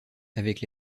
avec